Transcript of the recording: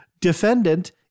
defendant